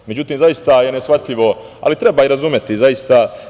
Međutim, zaista je neshvatljivo, ali treba ih razumeti zaista.